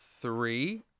three